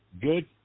good